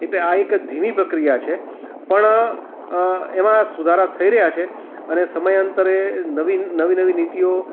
એટલે આ એક ધીમી પ્રક્રિયા છે પણ એમાં સુધારા થઈ રહ્યા છે અને સમયાંતરે નવી નવી નવી નીતિઓ